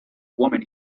woman